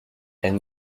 elles